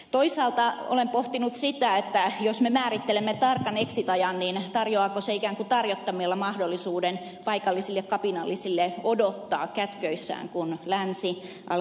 toisaalta olen pohtinut sitä että jos me määrittelemme tarkan exit ajan niin tarjoaako se ikään kuin tarjottimella mahdollisuuden paikallisille kapinallisille odottaa kätköissään kun länsi alkaa vetäytyä